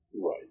Right